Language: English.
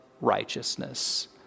righteousness